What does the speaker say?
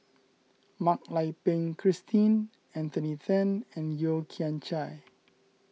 Mak Lai Peng Christine Anthony then and Yeo Kian Chai